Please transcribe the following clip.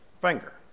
finger